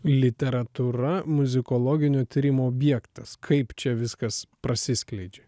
literatūra muzikologinių tyrimų objektas kaip čia viskas prasiskleidžia